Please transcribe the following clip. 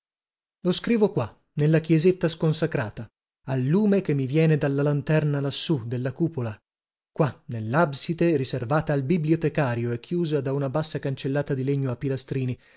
lo scrivo qua nella chiesetta sconsacrata al lume che mi viene dalla lanterna lassù della cupola qua nellabside riservata al bibliotecario e chiusa da una bassa cancellata di legno a pilastrini